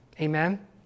amen